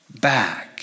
back